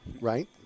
Right